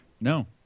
No